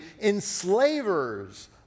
enslavers